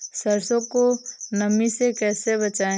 सरसो को नमी से कैसे बचाएं?